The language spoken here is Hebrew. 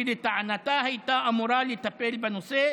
שלטענתה הייתה אמורה לטפל בנושא